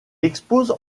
expose